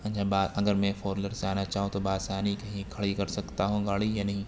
اچھا با اگر میں فور ویلر سے آنا چاہوں تو بآسانی کہیں کھڑی کر سکتا ہوں گاڑی یا نہیں